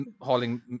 hauling